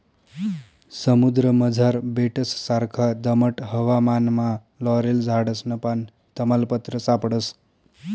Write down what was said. समुद्रमझार बेटससारखा दमट हवामानमा लॉरेल झाडसनं पान, तमालपत्र सापडस